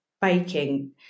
baking